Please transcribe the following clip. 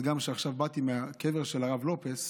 עכשיו באתי מהקבר של הרב לופס,